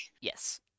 Yes